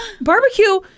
Barbecue